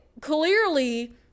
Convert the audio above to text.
clearly